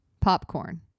Popcorn